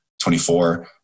24